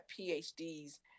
PhDs